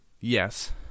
yes